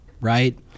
right